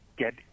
get